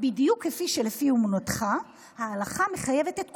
בדיוק כפי שלפי אמונתך ההלכה מחייבת את כולם,